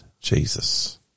Jesus